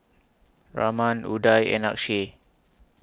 Raman Udai and Akshay